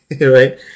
right